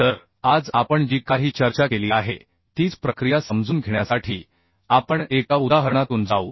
तर आज आपण जी काही चर्चा केली आहे तीच प्रक्रिया समजून घेण्यासाठी आपण एका उदाहरणातून जाऊ